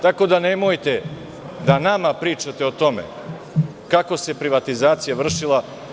Tako da, nemojte nama da pričate o tome kako se privatizacija vršila.